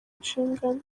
inshingano